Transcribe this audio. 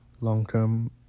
long-term